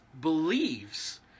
believes